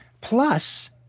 Plus